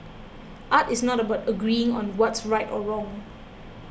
art is not about agreeing on what's right or wrong